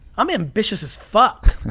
i'm ambitious as fuck.